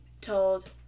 told